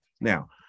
Now